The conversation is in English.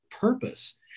purpose